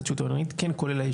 לא כולל התחדשות עירונית,